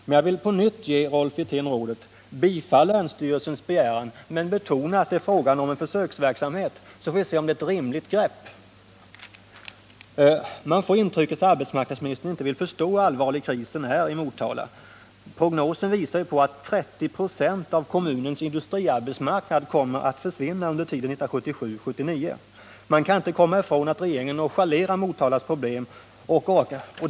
Men jag vill på nytt ge Rolf Wirtén rådet: Bifall länsstyrelsens begäran, men betona att det är fråga om en försöksverksamhet, så får vi se om det är ett rimligt grepp! Man får intrycket att arbetsmarknadsministern inte vill förstå hur allvarlig krisen är i Motala. Prognosen visar ju att 30 26 av kommunens industriarbetsmarknad kommer att försvinna under tiden 1977-1979. Man kan inte komma ifrån att regeringen nonchalerar Motalas problem.